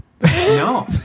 no